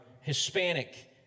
Hispanic